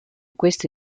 questi